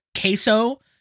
queso